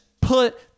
put